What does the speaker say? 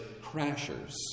crashers